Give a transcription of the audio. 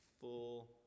full